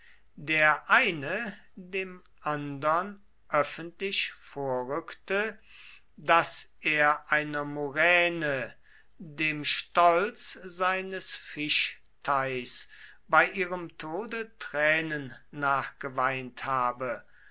der eine dem andern öffentlich vorrückte daß er einer muräne dem stolz seines fischteichs bei ihrem tode tränen nachgeweint habe